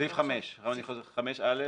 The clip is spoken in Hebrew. סעיף 5(א)(1),